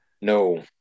No